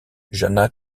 jana